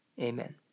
Amen